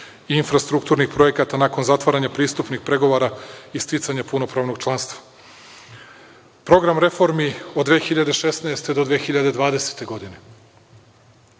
infrastrukturnih projekata nakon zatvaranja pristupnih pregovora i sticanje punopravnog članstva. Program reformi od 2016. do 2020. godine.